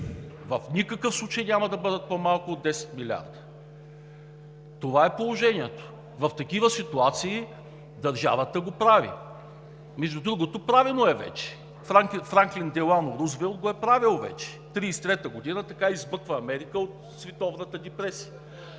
В никакъв случай няма да бъдат по-малко от 10 милиарда! Това е положението. В такива ситуации държавата го прави. Между другото, правено е вече – Франклин Делано Рузвелт го е правил вече, през 1933 г. така измъква Америка от световната депресия,